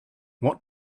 what